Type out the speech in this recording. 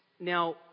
Now